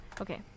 Okay